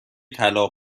طلاق